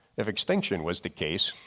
if extinction was the case,